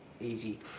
easy